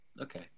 okay